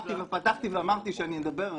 פתחתי ואמרתי שאני אדבר חופשי.